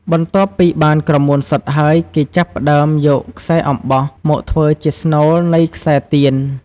បន្ទាប់ពីបានក្រមួនសុទ្ធហើយ គេចាប់ផ្តើមយកខ្សែអំបោះមកធ្វើជាស្នូលនៃខ្សែទៀន។